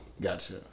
Gotcha